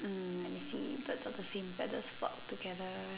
mm I see birds of the same feathers flock together